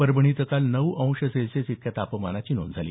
परभणी इथं काल नऊ अंश सेल्सिअस इतक्या तापमानाची नोंद झाली